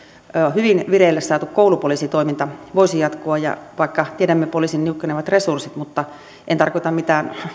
hyvin vireille saatu koulupoliisitoiminta voisi jatkua vaikka tiedämme poliisin niukkenevat resurssit en tarkoita mitään